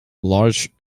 large